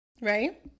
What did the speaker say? right